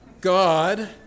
God